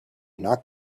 not